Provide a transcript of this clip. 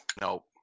Nope